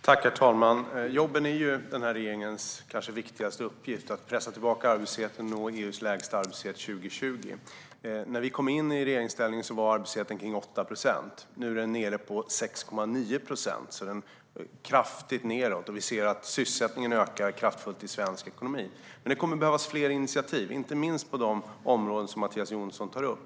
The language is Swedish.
Herr talman! Jobben är den här regeringens kanske viktigaste uppgift - att pressa tillbaka arbetslösheten och nå EU:s lägsta arbetslöshet 2020. När vi kom i regeringsställning var arbetslösheten kring 8 procent. Nu är den nere på 6,9 procent. Arbetslösheten har alltså gått ned kraftigt, och vi ser att sysselsättningen ökar kraftigt i svensk ekonomi. Men det kommer att behövas fler initiativ, inte minst på de områden som Mattias Jonsson tar upp.